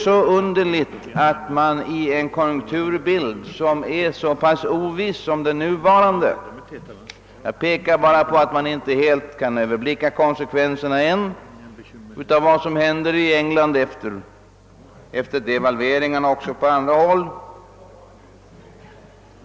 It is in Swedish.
Vi känner ännu inte till konsekvenserna av de amerikanska kapitalströmningarna och försöken att stoppa valutaströmmen och inte heller någonting om utvecklingen i Västtyskland, där problemen kanske ligger oss närmare.